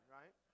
right